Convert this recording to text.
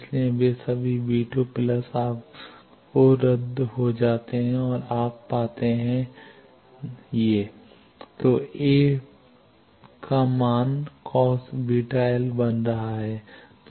इसलिए वे सभी आपको रद्द हो जाते हैं और आप पाते हैं तो A मान cos βl बन रहा है